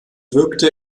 wirkte